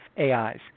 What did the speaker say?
AIs